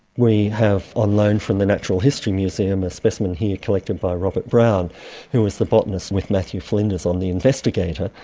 we have on loan from the natural history museum a specimen here collected by robert brown who was the botanist with matthew flinders on the investigator.